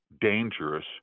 dangerous